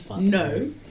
no